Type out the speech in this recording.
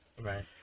right